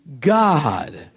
God